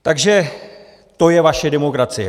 Takže to je vaše demokracie.